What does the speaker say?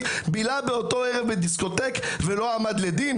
בילה באותו ערב בדיסקוטק ולא עמד לדין.